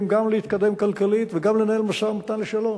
גם להתקדם כלכלית וגם לנהל משא-ומתן לשלום.